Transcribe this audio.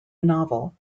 novel